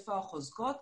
איפה החוזקות,